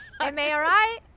M-A-R-I